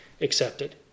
accepted